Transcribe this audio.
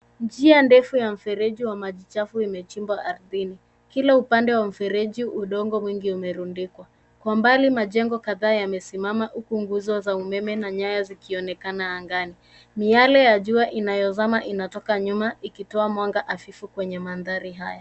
Njia ndefu ya mfereji wa maji chafu imechimbwa ardhini. Kila upande wa mfereji udongo mwingi umerundikwa. Kwa mbali majengo kadhaa yamesimama huku nguzo za umeme na nyaya zikionekana angani. Miale ya jua inayozama inatoka nyuma ikitoa mwanga hafifu kwenye mandhari haya.